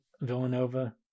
Villanova